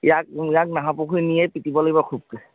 ইয়াক ইয়াক নাহৰপুখুৰী নিয়ে পিতিব লাগিব খুবকৈ